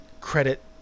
credit